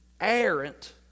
errant